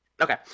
Okay